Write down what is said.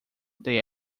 they